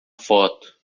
foto